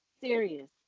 serious